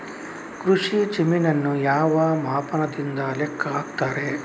ಕೃಷಿ ಜಮೀನನ್ನು ಯಾವ ಮಾಪನದಿಂದ ಲೆಕ್ಕ ಹಾಕ್ತರೆ?